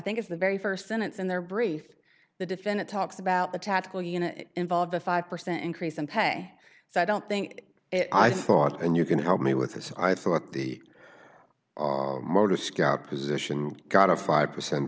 thing is the very st sentence in their brief the defendant talks about the tactical unit involved a five percent increase in pay so i don't think i thought and you can help me with this i thought the motive scout position got a five percent